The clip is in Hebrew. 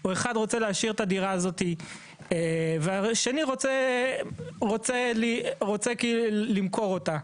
או אחד רוצה להשאיר את הדירה הזאת והשני רוצה למכור אותה.